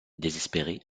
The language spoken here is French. désespéré